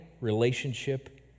relationship